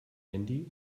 handy